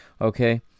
okay